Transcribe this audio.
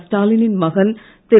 ஸ்டாலி னின் மகன் திரு